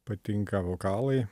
patinka vokalai